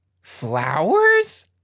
Flowers